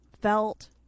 Felt